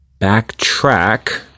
backtrack